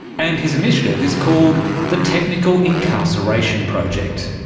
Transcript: and his initiative is called the technical incarceration project.